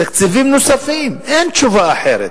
תקציבים נוספים, אין תשובה אחרת.